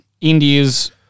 India's